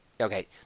okay